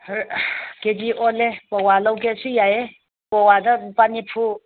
ꯀꯦꯖꯤ ꯑꯣꯜꯂꯦ ꯄꯋꯥ ꯂꯧꯒꯦꯁꯨ ꯌꯥꯏꯌꯦ ꯄꯋꯥꯗ ꯂꯨꯄꯥ ꯅꯤꯐꯨ